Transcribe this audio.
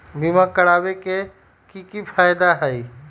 बीमा करबाबे के कि कि फायदा हई?